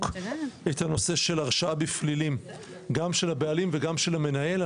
את הנושא של הרשעה בפלילים; גם של הבעלים שגם של המנהל.